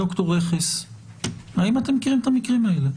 ד"ר רכס, האם אתם מכירים את המקרים האלה?